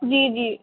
جی جی